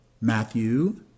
Matthew